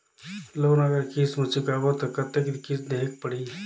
Loan अगर किस्त म चुकाबो तो कतेक किस्त देहेक पढ़ही?